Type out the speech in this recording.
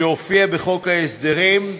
שהופיע בחוק ההסדרים,